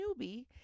newbie